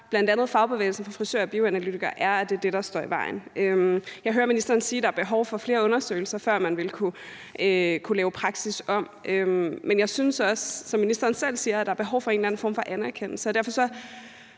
fra bl.a. fagbevægelsen for frisører og bioanalytikere er, at det er det, der står i vejen. Jeg hører ministeren sige, der er behov for flere undersøgelser, før man vil kunne lave praksis om. Men jeg synes også, som ministeren selv siger, at der er behov for en eller anden form for anerkendelse.